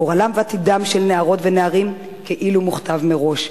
גורלם ועתידם של נערות ונערים כאילו מוכתב מראש.